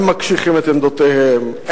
הם מקשיחים את עמדותיהם,